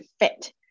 fit